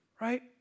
Right